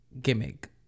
gimmick